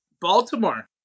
Baltimore